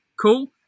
cool